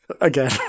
Again